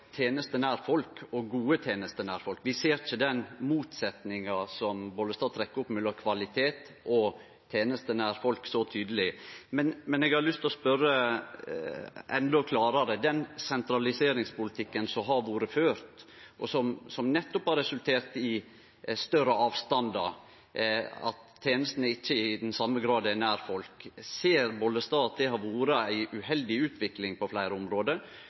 tenester nær folk, og gode tenester nær folk. Vi ser ikkje så tydeleg den motsetnaden som Bollestad trekkjer opp mellom kvalitet og tenester nær folk. Men eg har lyst til å spørje endå klarare: Når det gjeld den sentraliseringspolitikken som har vore ført, og som nettopp har resultert i større avstandar, at tenestene ikkje i same grad er nær folk, ser Bollestad at det har vore ei uheldig utvikling på fleire område,